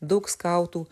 daug skautų